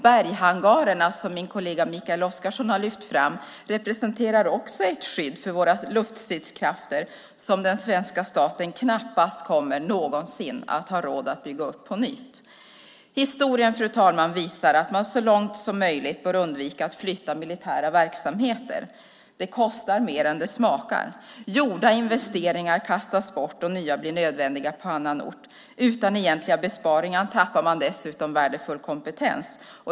Berghangarerna, som min kollega Mikael Oscarsson har lyft fram, representerar också ett skydd för våra luftstridskrafter som den svenska staten knappast någonsin kommer att ha råd att bygga upp på nytt. Historien visar, fru talman, att man så långt som möjligt bör undvika att flytta militära verksamheter. Det kostar mer än det smakar. Gjorda investeringar kastas bort och nya blir nödvändiga på annan ort. Utan egentliga besparingar tappar man dessutom värdefull kompetens.